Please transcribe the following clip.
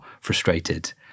frustrated